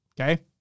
okay